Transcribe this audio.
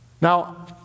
Now